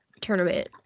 tournament